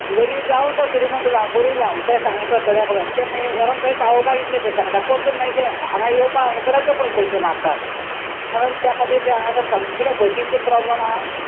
गरीब जावं तो श्रीमंत जावं कोणूय जावं तें साय हें करता तेका तें मागीर व्हरोन थंय पावोपाक इतलें पयशे सांगता परतून मागीर तें हांगा येवपा आसा जाल्यार डबल पयशे मारतात म्हणून त्या खातीर ते हांगासर सगळें बशींचे प्रोब्लम आहा